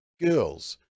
girls